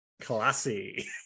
Classy